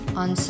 on